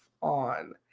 on